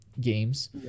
games